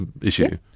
issue